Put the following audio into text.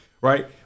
Right